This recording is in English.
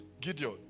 Gideon